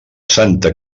santa